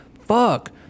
fuck